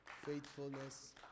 Faithfulness